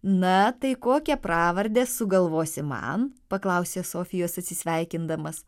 na tai kokią pravardę sugalvosi man paklausė sofijos atsisveikindamas